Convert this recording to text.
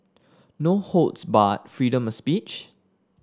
no holds barred freedom of speech